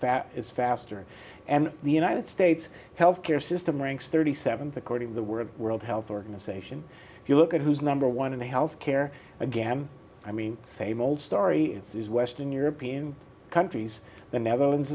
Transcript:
it's faster and the united states health care system ranks thirty seventh according to the world world health organization if you look at who's number one in health care again i mean same old story is western european countries the netherlands